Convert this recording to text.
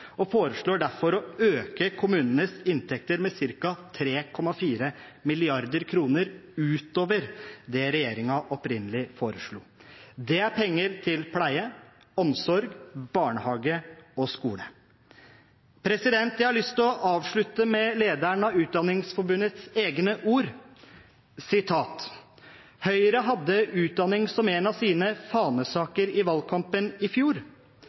og foreslår derfor å øke kommunenes inntekter med ca. 3,4 mrd. kr utover det regjeringen opprinnelig foreslo. Det er penger til pleie, omsorg, barnehage og skole. Jeg har lyst til å avslutte med lederen av Utdanningsforbundets egne ord: «Høyre hadde utdanning som en av sine fanesaker i valgkampen i fjor.